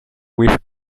with